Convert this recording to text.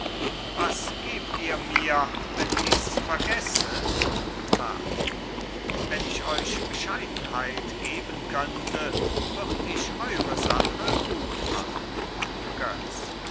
was gebt ihr mir wenn ich's vergesse rat wenn ich euch bescheidenheit geben könnte würd ich eure sache gut machen götz